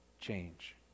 change